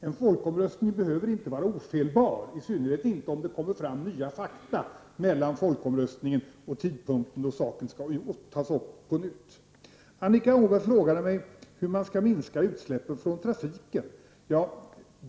En folkomröstning behöver inte vara ofelbar, i synnerhet inte om det kommer fram nya fakta mellan tidpunkten för folkomröstningen och tidpunkten då frågan skall tas upp på nytt. Annika Åhnberg frågade mig hur man skall minska utsläppen från trafiken.